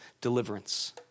deliverance